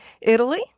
Italy